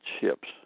ships